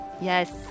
Yes